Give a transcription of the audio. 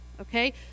Okay